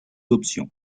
options